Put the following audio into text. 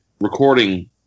recording